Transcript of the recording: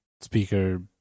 speaker